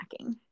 snacking